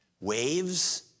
Waves